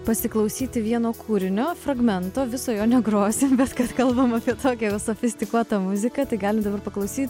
pasiklausyti vieno kūrinio fragmento viso jo negrosim bet kad kalbam apie tokią sofistikuotą muziką tai galim dabar paklausyt